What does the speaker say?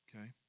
Okay